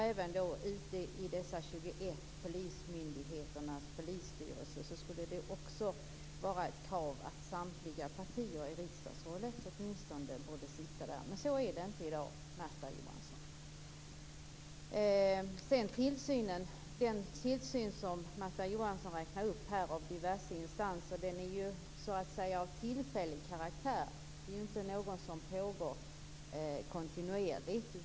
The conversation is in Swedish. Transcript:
Även ute i de 21 polismyndigheternas polisstyrelse skulle det vara ett krav att samtliga partier som finns representerade i riksdagen borde sitta där. Men så är det inte i dag, Märta Johansson. Den tillsyn som Märta Johansson redogjorde för och som består av diverse instanser är ju så att säga av tillfällig karaktär. Den pågår ju inte kontinuerligt.